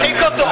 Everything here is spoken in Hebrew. תרחיק אותו.